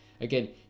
again